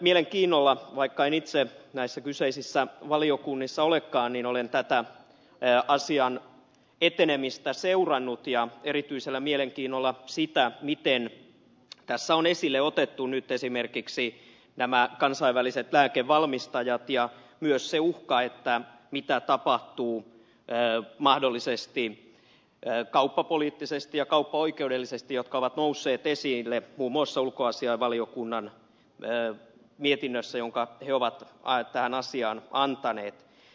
mielenkiinnolla vaikka en itse näissä kyseisissä valiokunnissa olekaan olen tämän asian etenemistä seurannut erityisellä mielenkiinnolla sitä miten tässä on esille otettu nyt esimerkiksi nämä kansainväliset lääkevalmistajat ja myös sitä uhkaa mitä tapahtuu mahdollisesti kauppapoliittisesti ja kauppaoikeudellisesti nämä ovat nousseet esille muun muassa ulkoasiainvaliokunnan mietinnössä jonka he ovat tähän asiaan antaneet